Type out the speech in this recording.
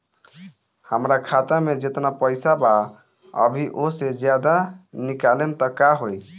हमरा खाता मे जेतना पईसा बा अभीओसे ज्यादा निकालेम त का होई?